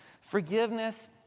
Forgiveness